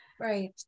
Right